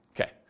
Okay